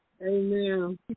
Amen